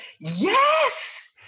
yes